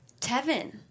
Tevin